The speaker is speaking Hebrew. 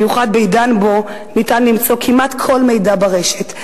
במיוחד בעידן שבו ניתן למצוא כמעט כל מידע ברשת.